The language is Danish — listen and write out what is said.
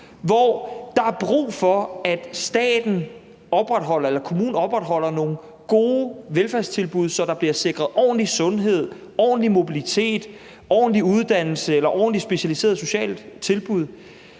hvor der er brug for, at staten eller kommunen opretholder nogle gode velfærdstilbud, så der bliver sikret nogle ordentlige sundhedstilbud, en ordentlig mobilitet, ordentlige uddannelser eller specialiserede socialtilbud.